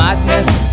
Madness